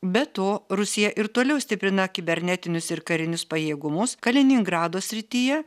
be to rusija ir toliau stiprina kibernetinius ir karinius pajėgumus kaliningrado srityje